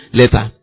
later